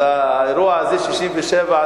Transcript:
האירוע של 67',